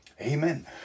Amen